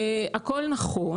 הכל נכון,